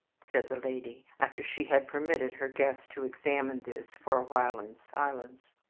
said the lady, after she had permitted her guest to examine this for a while in silence,